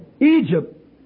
Egypt